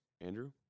Andrew